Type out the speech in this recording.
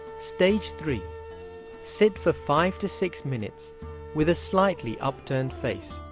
stage three sit for five to six minutes with a slightly upturned face,